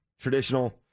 Traditional